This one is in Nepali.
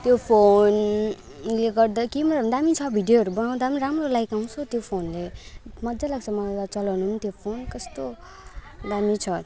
त्यो फोनले गर्दा क्यामेराहरू पनि दामी छ भिडियोहरू बनाउँदा पनि राम्रो लाइक आउँछ त्यो फोनले मज्जा लाग्छ मलाई त चलाउनु पनि त्यो फोन कस्तो दामी छ